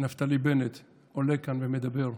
נפתלי בנט עולה לכאן ומדבר,